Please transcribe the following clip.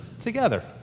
together